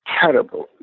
terrible